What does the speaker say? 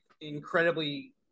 incredibly